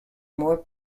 more